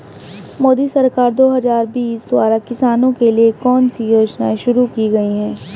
मोदी सरकार दो हज़ार बीस द्वारा किसानों के लिए कौन सी योजनाएं शुरू की गई हैं?